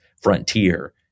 frontier